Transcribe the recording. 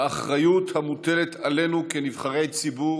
האחריות המוטלת עלינו כנבחרי ציבור